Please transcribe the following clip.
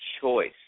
choice